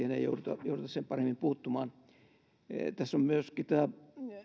ei jouduta jouduta sen paremmin puuttumaan tässä on myöskin tämä